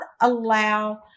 allow